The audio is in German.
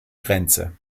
grenze